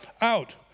Out